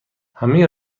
همه